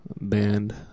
band